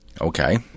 Okay